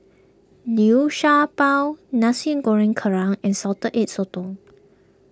Liu Sha Bao Nasi Goreng Kerang and Salted Egg Sotong